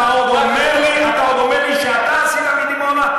אתה עוד אומר לי שאתה עשית מדימונה,